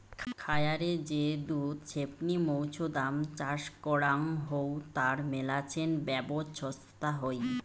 খায়ারে যে দুধ ছেপনি মৌছুদাম চাষ করাং হউ তার মেলাছেন ব্যবছস্থা হই